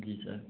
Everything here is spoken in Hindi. जी सर